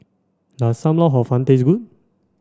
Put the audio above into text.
does Sam Lau Hor Fun taste good